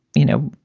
you know,